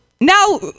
Now